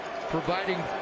providing